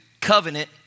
covenant